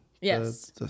Yes